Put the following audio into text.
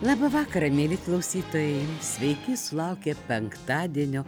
labą vakarą mieli klausytojai sveiki sulaukę penktadienio